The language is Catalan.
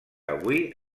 avui